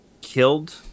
killed